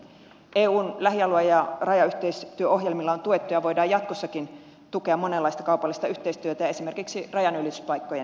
eun lähialue ja rajayhteistyöohjelmilla on tuettu ja voidaan jatkossakin tukea monenlaista kaupallista yhteistyötä ja esimerkiksi rajanylityspaikkojen kehittämistä